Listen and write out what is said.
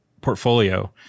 portfolio